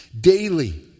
daily